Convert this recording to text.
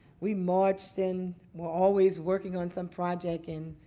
we marched and were always working on some projects. and